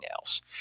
else